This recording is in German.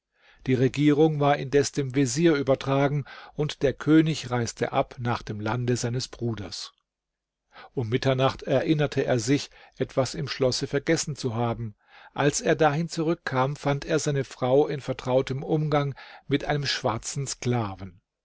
die regierung war indes dem vezier übertragen und der könig reiste ab nach dem lande seines bruders um mitternacht erinnerte er sich etwas im schlosse vergessen zu haben als er dahin zurückkam fand er seine frau in vertrautem umgang mit einem schwarzen sklaven